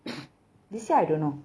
this year I don't know